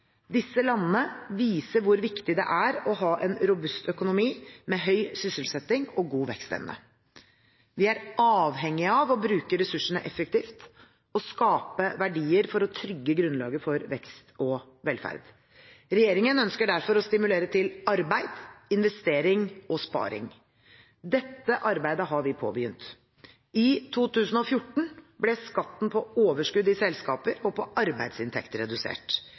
Disse landene viser hvor viktig det er å ha en robust økonomi med høy sysselsetting og god vekstevne. Vi er avhengig av å bruke ressursene effektivt og skape verdier for å trygge grunnlaget for vekst og velferd. Regjeringen ønsker derfor å stimulere til arbeid, investering og sparing. Dette arbeidet har vi påbegynt. I 2014 ble skatten på overskudd i selskaper og på arbeidsinntekt redusert.